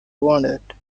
wanted